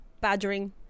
Badgering